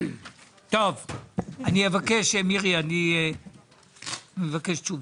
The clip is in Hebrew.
מירי, אני מבקש תשובות.